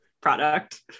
product